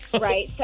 Right